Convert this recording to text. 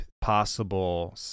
Possible